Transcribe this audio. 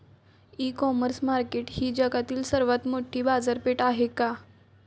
इ commerce market ही जगातील सर्वात मोठी बाजारपेठ आहे का?